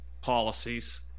policies